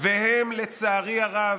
והם, לצערי הרב,